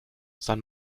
san